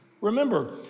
Remember